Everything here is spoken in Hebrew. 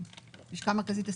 הלשכה המרכזית לסטטיסטיקה?